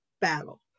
battle